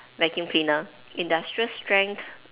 vacuum cleaner industrial strength